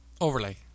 Overlay